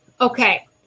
Okay